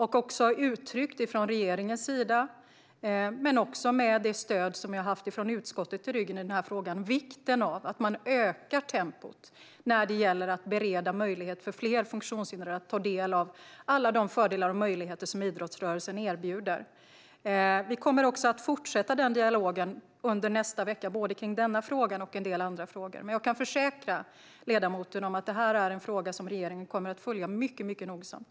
Jag har från regeringens sida uttryckt, också med det stöd i ryggen som jag har haft från utskottet i denna fråga, vikten av att man ökar tempot när det gäller att bereda möjlighet för fler funktionshindrade att ta del av alla de fördelar och möjligheter som idrottsrörelsen erbjuder. Vi kommer också att fortsätta den dialogen under nästa vecka, både om denna fråga och om en del andra frågor. Men jag kan försäkra ledamoten om att detta är en fråga som regeringen kommer att följa mycket nogsamt.